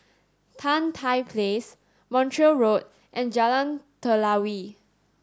Tan Tye Place Montreal Road and Jalan Telawi